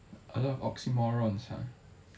a lot of oxymorons ha